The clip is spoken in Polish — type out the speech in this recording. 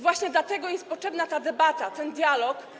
Właśnie dlatego jest potrzebna ta debata, ten dialog.